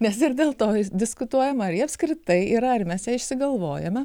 nes ir dėl to vis diskutuojama ar jie apskritai yra ar mes ją išsigalvojame